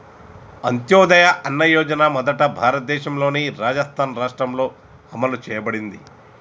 అంత్యోదయ అన్న యోజన మొదట భారతదేశంలోని రాజస్థాన్ రాష్ట్రంలో అమలు చేయబడింది